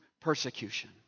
persecution